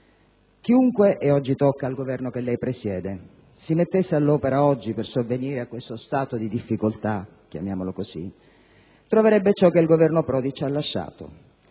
Chiunque - e tocca al Governo che lei presiede - si mettesse all'opera oggi per sovvenire a questo stato di difficoltà - chiamiamolo così - troverebbe ciòche il Governo Prodi ci ha lasciato: